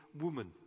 woman